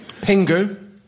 Pingu